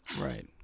right